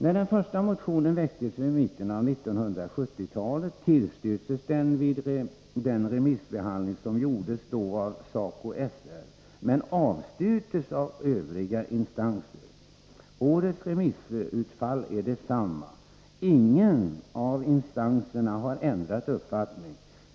När den första motionen väcktes vid mitten av 1970-talet tillstyrktes den vid den remissbehandling som då gjordes av SACO/SR, men avstyrktes av övriga instanser. Årets remissutfall är detsamma. Ingen av instanserna har ändrat uppfattning.